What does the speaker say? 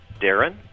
Darren